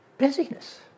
Busyness